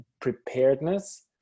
preparedness